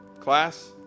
Class